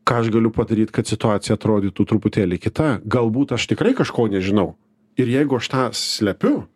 ką aš galiu padaryt kad situacija atrodytų truputėlį kita galbūt aš tikrai kažko nežinau ir jeigu aš tą slepiu